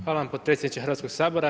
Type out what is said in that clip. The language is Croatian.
Hvala vam potpredsjedniče Hrvatskoga sabora.